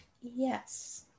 Yes